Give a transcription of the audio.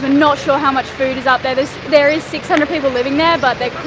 not sure how much food is up there. this. there is six hundred people living there, but there